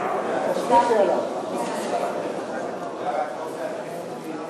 של קבוצת סיעת יש עתיד,